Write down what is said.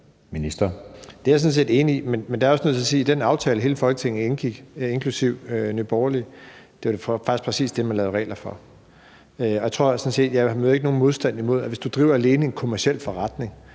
Det er jeg sådan set enig i, men jeg er også nødt til at sige, at i den aftale, hele Folketinget indgik inklusive Nye Borgerlige, var det faktisk præcis det, man lavede regler for. Jeg tror sådan set ikke, jeg møder nogen modstand, hvis jeg siger, at hvis du alene driver en kommerciel forretning,